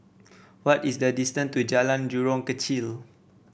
what is the distance to Jalan Jurong Kechil